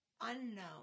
unknown